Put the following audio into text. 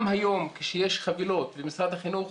גם היום כשיש חבילות ומשרד החינוך